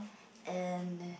and